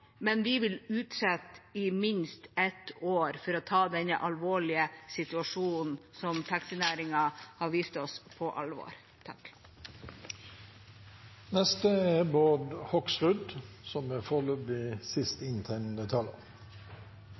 men vi vil utsette det i minst ett år for å ta den alvorlige situasjonen som taxinæringen har vist oss, på alvor.